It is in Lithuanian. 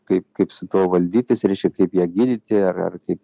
kaip kaip su tuo valdytis reiškia kaip ją gydyti ar ar kaip